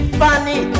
funny